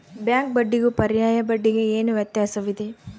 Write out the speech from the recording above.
Bank ಬಡ್ಡಿಗೂ ಪರ್ಯಾಯ ಬಡ್ಡಿಗೆ ಏನು ವ್ಯತ್ಯಾಸವಿದೆ?